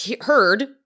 heard